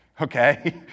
okay